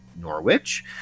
Norwich